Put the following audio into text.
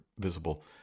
visible